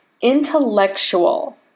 intellectual